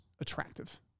attractive